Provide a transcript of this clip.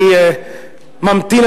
אני ממתין,